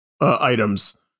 items